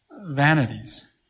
Vanities